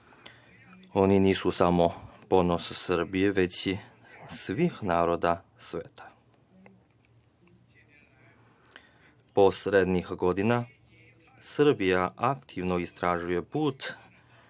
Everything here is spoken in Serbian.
Oni nisu samo ponos Srbije već svih naroda sveta. Poslednjih godina Srbija aktivno istražuje put